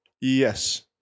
Yes